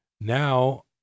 Now